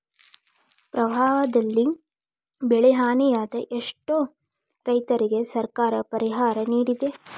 ಪ್ರವಾಹದಲ್ಲಿ ಬೆಳೆಹಾನಿಯಾದ ಎಷ್ಟೋ ರೈತರಿಗೆ ಸರ್ಕಾರ ಪರಿಹಾರ ನಿಡಿದೆ